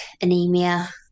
anemia